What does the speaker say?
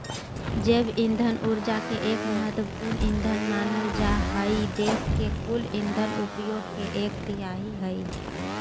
जैव इंधन ऊर्जा के एक महत्त्वपूर्ण ईंधन मानल जा हई देश के कुल इंधन उपयोग के एक तिहाई हई